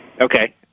Okay